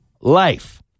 life